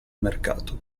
mercato